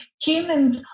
Humans